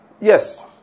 Yes